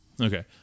Okay